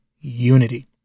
unity